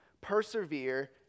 Persevere